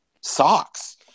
socks